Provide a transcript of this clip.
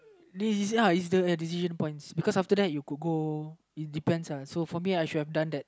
this is ya is the decision points because after that you could go it depends uh so for me I should have done that